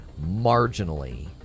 marginally